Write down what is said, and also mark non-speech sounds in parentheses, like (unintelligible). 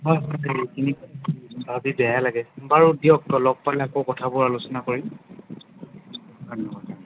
হয় হয় (unintelligible) ভাবি বেয়াই লাগে বাৰু দিয়ক লগ পালে আকৌ কথাবোৰ আলোচনা কৰিম ধন্যবাদ